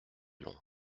long